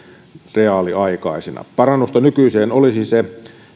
reaaliaikaisina parannusta nykyiseen olisi se